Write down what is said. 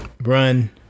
run